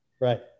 Right